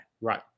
Right